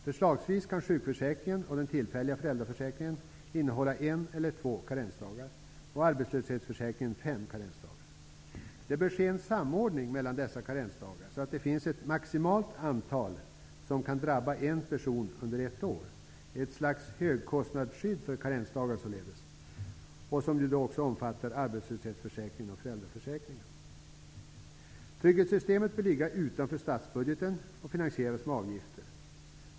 Förslagsvis kan sjukförsäkringen och den tillfälliga föräldraförsäkringen innehålla en eller två karensdagar och arbetslöshetsförsäkringen fem karensdagar. Det bör ske en samordning mellan dessa karensdagar, så att ett maximalt antal dagar kan drabba en person under ett år, således ett slags högkostnadsskydd för karensdagar som också omfattar arbetslöshets och föräldraförsäkringen. Trygghetssystemet bör ligga utanför statsbudgeten och finansieras med avgifter.